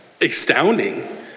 astounding